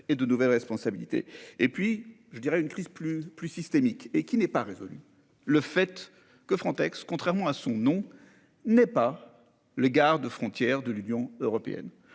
et de nouvelles responsabilités et puis je dirais une crise plus plus systémique et qui n'est pas résolu. Le fait que Frontex contrairement à son nom n'est pas le garde-frontières de l'Union européenne